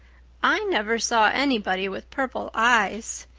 i never saw anybody with purple eyes,